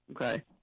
Okay